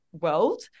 world